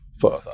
further